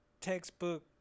textbook